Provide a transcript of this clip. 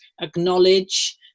acknowledge